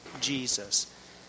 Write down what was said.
Jesus